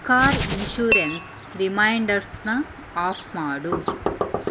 car insurance ರಿಮೈಂಡರ್ಸ್ನ off ಮಾಡು